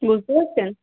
বুঝতে পারছেন